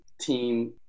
team